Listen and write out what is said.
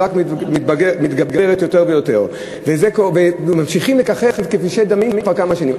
היא רק מתגברת יותר ויותר והם ממשיכים לככב ככבישי דמים כבר כמה שנים.